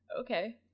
okay